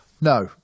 No